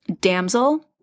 damsel